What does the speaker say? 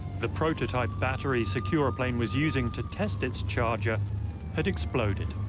the prototype battery securaplane was using to test its charger had